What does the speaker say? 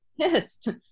pissed